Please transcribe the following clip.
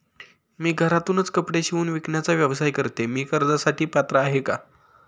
मी घरातूनच कपडे शिवून विकण्याचा व्यवसाय करते, मी कर्जासाठी पात्र आहे का?